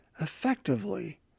effectively